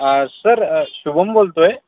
sir Shubham बोलतोय